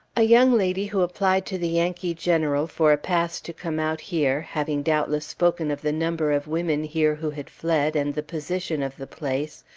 a young lady who applied to the yankee general for a pass to come out here, having doubtless spoken of the number of women here who had fled, and the position of the place,